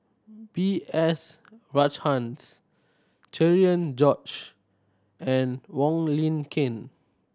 B S Rajhans Cherian George and Wong Lin Ken